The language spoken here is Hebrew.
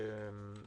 שזו